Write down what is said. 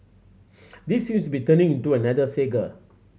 this seems be turning into another saga